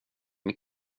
med